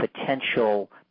Potential